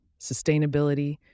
sustainability